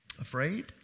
Afraid